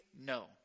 No